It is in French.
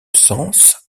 sens